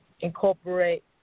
incorporate